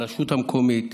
הרשות המקומית,